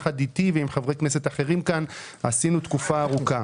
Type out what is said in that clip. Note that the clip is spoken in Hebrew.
ביחד איתי ועם חברי כנסת אחרים כאן עשינו במשך תקופה ארוכה.